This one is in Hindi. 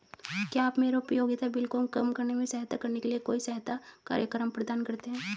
क्या आप मेरे उपयोगिता बिल को कम करने में सहायता के लिए कोई सहायता कार्यक्रम प्रदान करते हैं?